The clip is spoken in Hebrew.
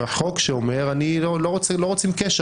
זה חוק שאומר שלא רוצים קשר.